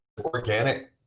organic